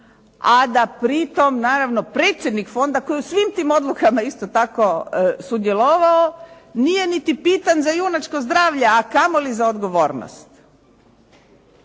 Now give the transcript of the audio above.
a da pritom naravno predsjednik fonda koji je u svim tim odlukama isto tako sudjelovao nije niti pitan za junačko zdravlje, a kamoli za odgovornost.